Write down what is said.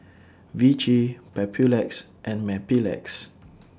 Vichy Papulex and Mepilex